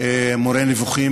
מורה נבוכים,